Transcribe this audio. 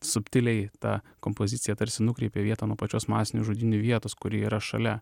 subtiliai ta kompozicija tarsi nukreipė vietą nuo pačios masinių žudynių vietos kuri yra šalia